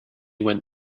went